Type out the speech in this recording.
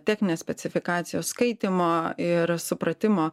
techninės specifikacijos skaitymo ir supratimo